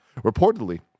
Reportedly